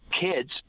kids